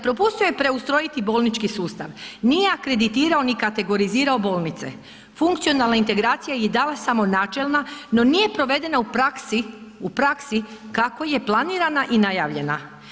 Propustio je preustrojiti bolnički sustav, nije akreditirao ni kategorizirao bolnice, funkcionalna integracija je i dalje samo načelna no nije provedena u praksi kako je planirana i najavljena.